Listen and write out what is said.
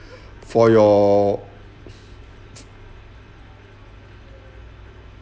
for your